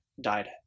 died